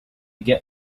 get